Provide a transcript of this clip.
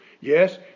yes